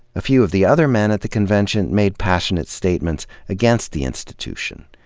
a few of the other men at the convention made passionate statements against the institution.